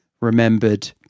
remembered